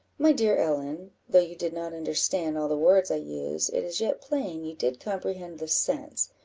my dear ellen, though you did not understand all the words i used, it is yet plain you did comprehend the sense,